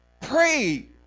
Pray